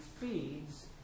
feeds